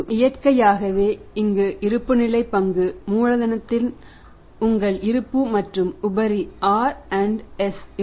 இயற்கையாகவே இங்கு இருப்புநிலை பங்கு மூலதனத்தில் உங்கள் இருப்பு மற்றும் உபரி RS இருக்கும்